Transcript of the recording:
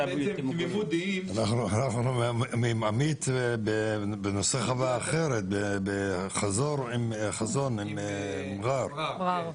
אנחנו מדברים עם עמית בנושא חווה אחרת בחזון עם מע'אר.